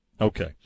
Okay